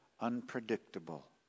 unpredictable